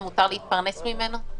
מותר גם להתפרנס ממנו?